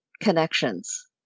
connections